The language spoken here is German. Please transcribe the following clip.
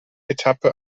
etappe